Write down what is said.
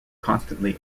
constantly